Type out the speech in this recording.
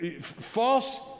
false